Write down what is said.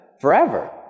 forever